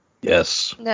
Yes